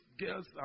girls